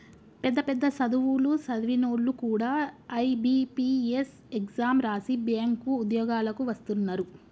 పెద్ద పెద్ద సదువులు సదివినోల్లు కూడా ఐ.బి.పీ.ఎస్ ఎగ్జాం రాసి బ్యేంకు ఉద్యోగాలకు వస్తున్నరు